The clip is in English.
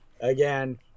again